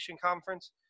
conference